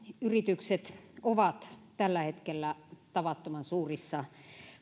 yritykset ovat tällä hetkellä tavattoman suurissa